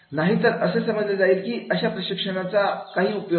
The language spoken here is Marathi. नाहीतर असे समजले जाईल की अशा प्रशिक्षणाचा काही उपयोग नाही